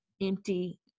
empty